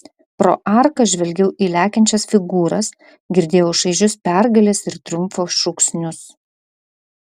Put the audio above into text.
pro arką žvelgiau į lekiančias figūras girdėjau šaižius pergalės ir triumfo šūksnius